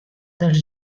dels